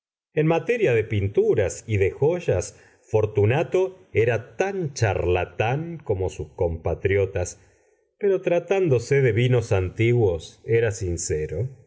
en materia de pinturas y de joyas fortunato era tan charlatán como sus compatriotas pero tratándose de vinos antiguos era sincero